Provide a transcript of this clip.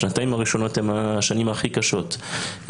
השנתיים הראשונות הן השנים הכי קשות,